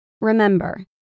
Remember